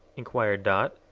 enquired dot,